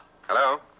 Hello